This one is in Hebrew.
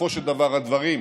בסופו של דבר, הדברים,